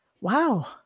wow